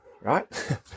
right